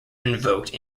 invoked